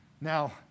Now